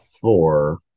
four